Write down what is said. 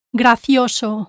gracioso